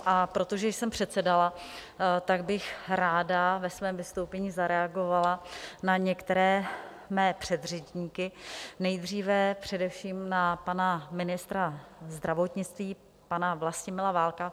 A protože jsem předsedala, tak bych ráda ve svém vystoupení zareagovala na některé své předřečníky, nejdříve především na pana ministra zdravotnictví, pana Vlastimila Válka.